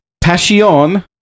Passion